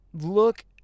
look